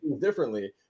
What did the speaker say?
differently